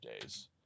days